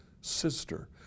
sister